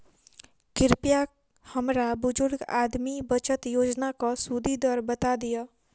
कृपया हमरा बुजुर्ग आदमी बचत योजनाक सुदि दर बता दियऽ